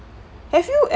have you